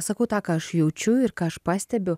sakau tą ką aš jaučiu ir ką aš pastebiu